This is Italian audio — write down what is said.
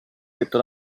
detto